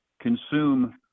consume